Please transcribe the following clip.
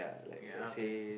ya okay